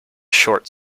short